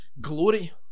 glory